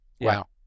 Wow